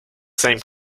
same